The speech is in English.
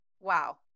Wow